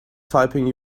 typing